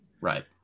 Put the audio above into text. right